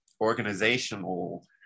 organizational